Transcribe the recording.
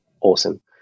awesome